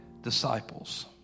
disciples